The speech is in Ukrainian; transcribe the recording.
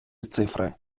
цифри